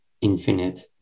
infinite